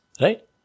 Right